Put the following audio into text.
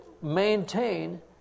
maintain